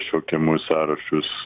šaukiamųjų sąrašus